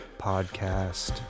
Podcast